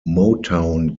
motown